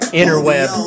interweb